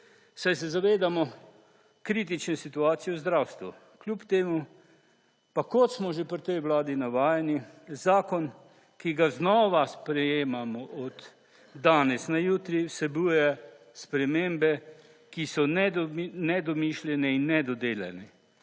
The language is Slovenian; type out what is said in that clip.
saj se zavedamo kritične situacije v zdravstvu, kljub temu pa kot smo že pri tej vladi navajeni, zakon ki ga znova sprejemamo od danes na jutri vsebuje spremembe, ki so nedomišljene in nedodelane